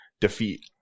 Defeat